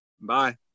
Bye